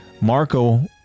Marco